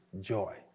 Joy